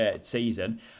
season